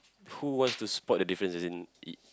who wants to spot the difference as in